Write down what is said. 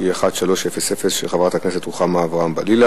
שאילתא מס' 1300 של חברת הכנסת רוחמה אברהם-בלילא,